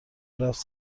رفت